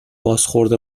بازخورد